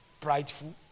Prideful